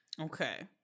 okay